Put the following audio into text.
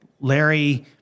Larry